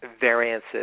variances